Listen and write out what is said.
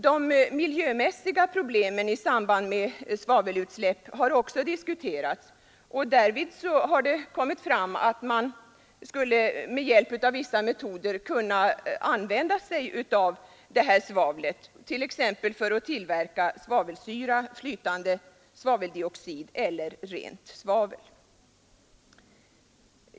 De miljömässiga problemen i samband med svavelutsläpp har också diskuterats, och då har det kommit fram att man med vissa metoder skulle kunna använda sig av svavlet, t.ex. för att tillverka svavelsyra, flytande svaveldioxid eller rent svavel.